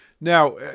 Now